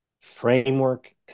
framework